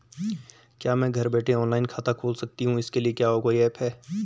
क्या मैं घर बैठे ऑनलाइन खाता खोल सकती हूँ इसके लिए कोई ऐप है?